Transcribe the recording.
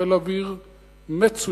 חיל אוויר מצוין,